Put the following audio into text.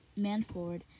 Manford